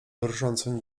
drżącym